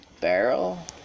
barrel